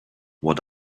what